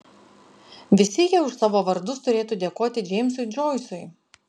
visi jie už savo vardus turėtų dėkoti džeimsui džoisui